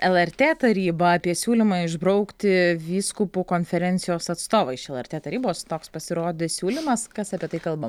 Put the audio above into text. lrt taryba apie siūlymą išbraukti vyskupų konferencijos atstovą iš lrt tarybos toks pasirodė siūlymas kas apie tai kalba